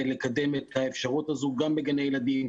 להציע לך הצעה,